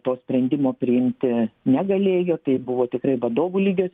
to sprendimo priimti negalėjo tai buvo tikrai vadovų lygio